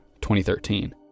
2013